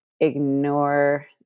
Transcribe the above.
ignore